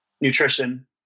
nutrition